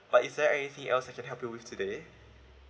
but is there anything else I can help you with today